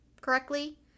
correctly